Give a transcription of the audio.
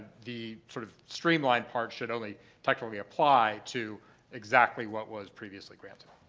the sort of streamlined part should only technically apply to exactly what was previously granted.